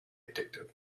addictive